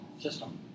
system